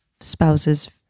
spouse's